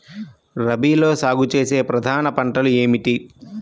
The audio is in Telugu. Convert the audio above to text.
రబీలో సాగు చేసే ప్రధాన పంటలు ఏమిటి?